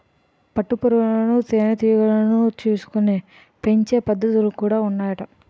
పట్టు పురుగులు తేనె టీగలను చూసుకొని పెంచే పద్ధతులు కూడా ఉన్నాయట